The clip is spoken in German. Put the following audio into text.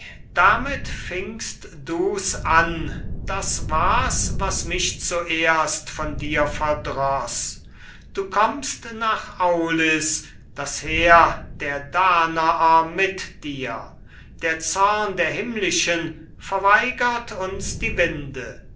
damit fingst du's an das war's was mich zuerst von dir verdroß du kommst nach aulis das heer der danaer mit dir der zorn der himmlischen verweigert uns die winde